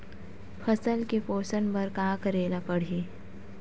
फसल के पोषण बर का करेला पढ़ही?